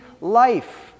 life